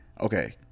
okay